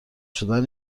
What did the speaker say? شدن